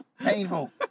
painful